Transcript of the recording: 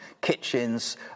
kitchens